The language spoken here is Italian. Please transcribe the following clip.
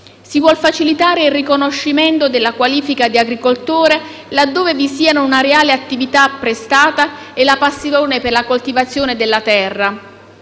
Si vuol facilitare il riconoscimento della qualifica di agricoltore laddove vi siano una reale attività prestata e la passione per la coltivazione della terra.